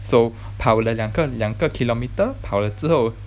so 跑了两个两个 kilometer 跑了之后